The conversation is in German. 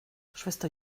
schwester